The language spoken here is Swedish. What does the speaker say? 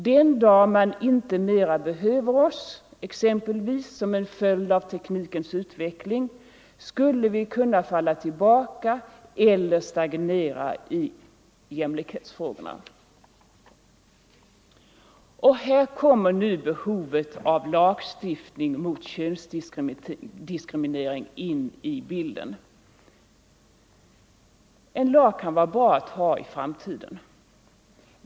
Den dag man inte mera behöver oss, exempelvis som en följd av teknikens utveckling, skulle vi kunna falla tillbaka eller stagnera i jämlikhetsfrågorna. Här kommer nu behovet av lagstiftning mot könsdiskriminering in i bilden. En lag kan vara bra att ha i framtiden.